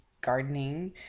gardening